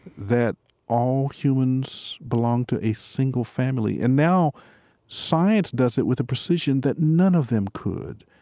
that all humans belong to a single family. and now science does it with a precision that none of them could.